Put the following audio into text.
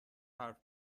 حرف